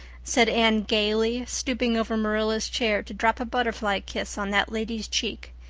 said anne gaily stooping over marilla's chair to drop a butterfly kiss on that lady's cheek.